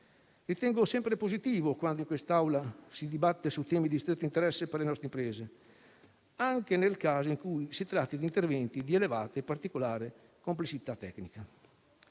Ritengo sempre positivo quando in quest'Aula si dibatte su temi di stretto interesse per le nostre imprese, anche nel caso in cui si tratti di interventi di elevata e particolare complessità tecnica.